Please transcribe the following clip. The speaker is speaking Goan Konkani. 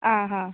आं हां